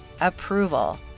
approval